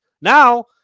Now